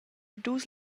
dus